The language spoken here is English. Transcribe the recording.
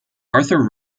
arthur